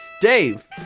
Dave